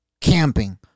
camping